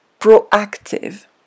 proactive